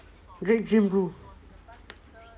great team bro